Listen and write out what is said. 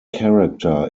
character